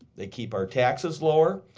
they keep our taxes lower.